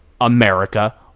America